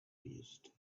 mused